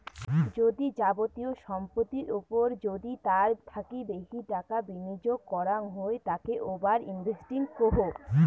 যদি যাবতীয় সম্পত্তির ওপর যদি তার থাকি বেশি টাকা বিনিয়োগ করাঙ হই তাকে ওভার ইনভেস্টিং কহু